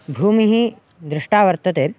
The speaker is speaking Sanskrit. भूमिः दृष्टा वर्तते